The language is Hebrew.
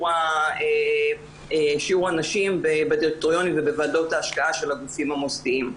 שיעור הנשים בדירקטוריונים ובוועדות ההשקעה של הגופים המוסדיים.